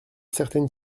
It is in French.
certaines